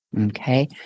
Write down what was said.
Okay